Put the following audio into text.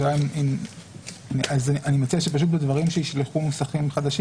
אין לתקנות מה לקבוע כי התקנות יקבעו שצריך לשלוח את המסר לאפוטרופוס.